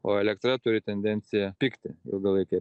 o elektra turi tendenciją pigti ilgalaikėje